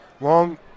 long